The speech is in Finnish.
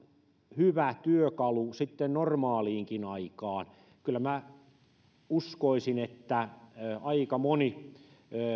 hyvä työkalu sitten normaaliinkin aikaan kyllä minä uskoisin että aika moni